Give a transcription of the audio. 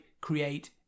create